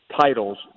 titles